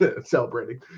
celebrating